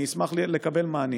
אני אשמח לקבל מענים.